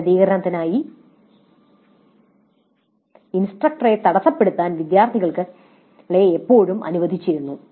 വിശദീകരണത്തിനായി ഇൻസ്ട്രക്ടറെ തടസ്സപ്പെടുത്താൻ വിദ്യാർത്ഥികളെ എപ്പോഴും അനുവദിച്ചിരുന്നു